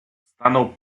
stanął